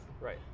right